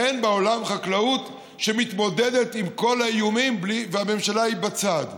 אין בעולם חקלאות שמתמודדות עם כל האיומים והממשלה בצד.